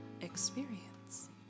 experience